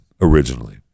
originally